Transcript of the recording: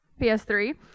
PS3